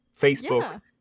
Facebook